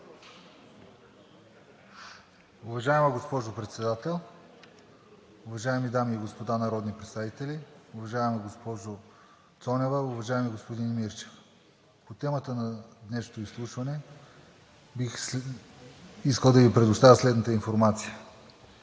Уважаема госпожо Председател, уважаеми дами и господа народни представители, уважаема госпожо Цонева, уважаеми господин Мирчев! По темата на днешното изслушване бих искал да Ви предоставя следната информация.